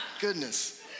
Goodness